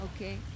okay